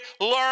learn